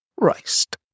Christ